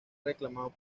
reclamado